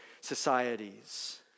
societies